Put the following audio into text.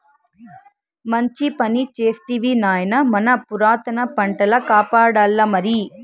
మంచి పని చేస్తివి నాయనా మన పురాతన పంటల కాపాడాల్లమరి